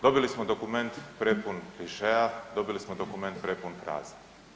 Dobili smo dokument prepun klišeja, dobili smo dokument prepun fraza.